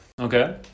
Okay